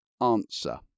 answer